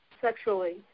sexually